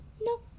No